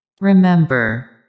Remember